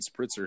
spritzer